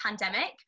pandemic